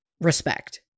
Respect